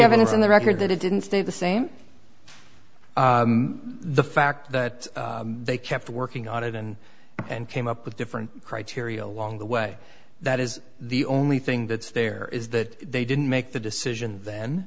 on the record that it didn't stay the same the fact that they kept working on it and and came up with different criteria along the way that is the only thing that's there is that they didn't make the decision then